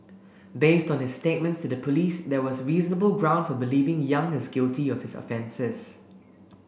based on his statements to the police there was reasonable ground for believing Yang is guilty of his offences